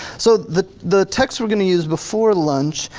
so the the text we're gonna use before lunch,